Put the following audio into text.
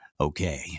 Okay